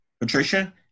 Patricia